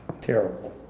terrible